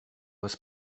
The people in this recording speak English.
was